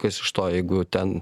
kas iš to jeigu ten